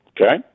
Okay